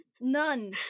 none